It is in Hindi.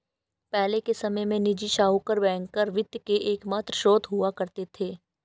पहले के समय में निजी साहूकर बैंकर वित्त के एकमात्र स्त्रोत हुआ करते थे